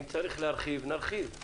אם צריך להרחיב, נרחיב.